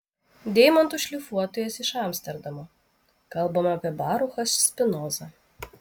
deimantų šlifuotojas iš amsterdamo kalbama apie baruchą spinozą